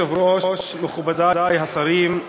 אדוני היושב-ראש, מכובדי השרים,